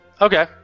Okay